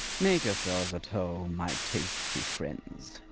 make yourself at home, my tasty friends.